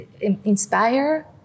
inspire